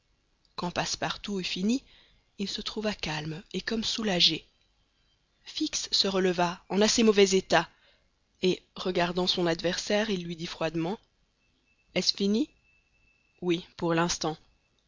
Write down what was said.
quand passepartout eut fini il se trouva calme et comme soulagé fix se releva en assez mauvais état et regardant son adversaire il lui dit froidement est-ce fini oui pour l'instant